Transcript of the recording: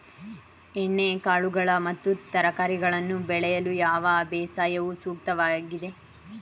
ಎಣ್ಣೆಕಾಳುಗಳು ಮತ್ತು ತರಕಾರಿಗಳನ್ನು ಬೆಳೆಯಲು ಯಾವ ಬೇಸಾಯವು ಸೂಕ್ತವಾಗಿದೆ?